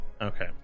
Okay